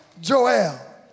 Joel